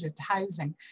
housing